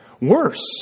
worse